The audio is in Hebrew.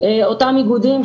אותם איגודים,